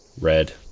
red